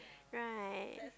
right